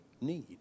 need